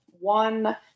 one